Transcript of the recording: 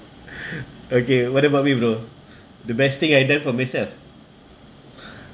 okay what about you bro the best thing I've done for myself